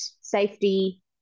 safety